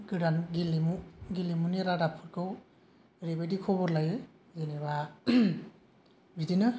गोदान गेलेमु गेलेमुनि रादाबफोरखौ ओरैबायदि खबर लायो जेनेबा बिदिनो